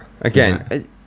again